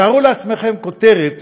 תארו לעצמכם כותרת